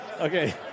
Okay